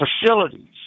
facilities